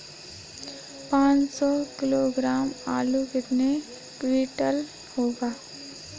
पाँच सौ किलोग्राम आलू कितने क्विंटल होगा?